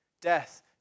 Death